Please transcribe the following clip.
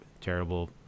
terrible